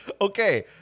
okay